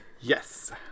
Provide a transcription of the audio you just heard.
Yes